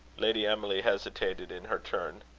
lady emily hesitated in her turn.